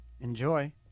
Enjoy